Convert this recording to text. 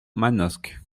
manosque